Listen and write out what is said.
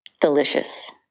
delicious